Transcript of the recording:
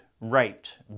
raped